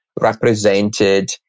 represented